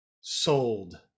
sold